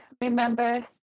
remember